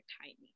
tiny